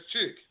chick